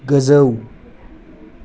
गोजौ